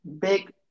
big